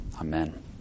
Amen